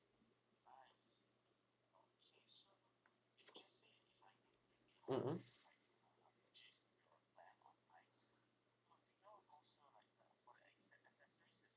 mmhmm